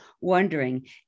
wondering